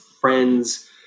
friends